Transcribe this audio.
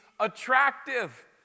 Attractive